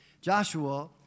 Joshua